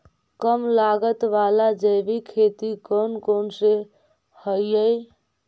कम लागत वाला जैविक खेती कौन कौन से हईय्य?